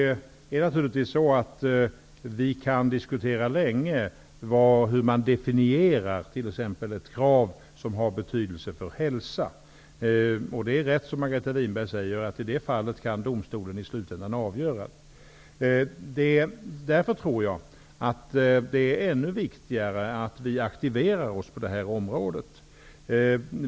Herr talman! Vi kan naturligtvis länge diskutera hur man definierar t.ex. ett krav som har betydelse för hälsan. Det är rätt, som Margareta Winberg, säger att det i det fallet är domstolen som i slutänden kan avgöra frågan. Därför tror jag att det är ännu viktigare att vi aktiverar oss på detta område.